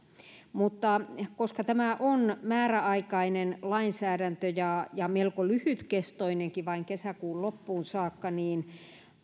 koska tämä on määräaikainen lainsäädäntö ja melko lyhytkestoinenkin vain kesäkuun loppuun saakka niin